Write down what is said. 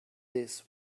this